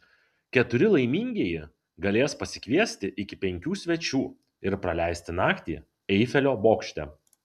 keturi laimingieji galės pasikviesti iki penkių svečių ir praleisti naktį eifelio bokšte